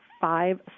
Five